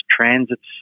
transits